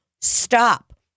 Stop